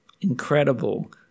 Incredible